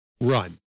run